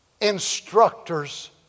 instructors